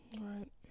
right